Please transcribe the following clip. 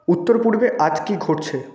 উত্তর পূর্বে আজ কী ঘটছে